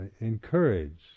encourage